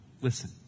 Listen